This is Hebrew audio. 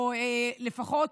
או לפחות,